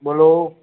બોલો